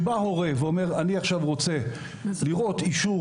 כשבא הורה ואומר אני עכשיו רוצה לראות אישור